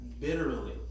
bitterly